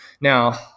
now